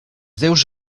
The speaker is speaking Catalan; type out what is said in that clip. deus